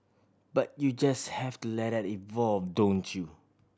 but you just have to let that evolve don't you